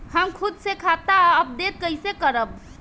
हम खुद से खाता अपडेट कइसे करब?